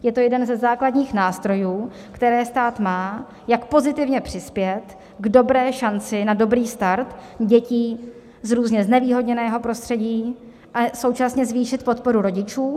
Je to jeden ze základních nástrojů, které stát má, jak pozitivně přispět k dobré šanci na dobrý start u dětí z různě znevýhodněného prostředí a současně zvýšit podporu rodičů.